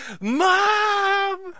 Mom